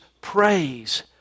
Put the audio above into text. praise